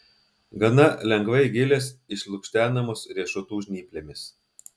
gana lengvai gilės išlukštenamos riešutų žnyplėmis